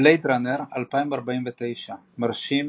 "בלייד ראנר 2049" מרשים,